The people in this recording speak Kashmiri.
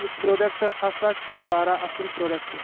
یہِ پروڈکٹ ہسا چُھ واریاہ اصٕل پروڈکٹ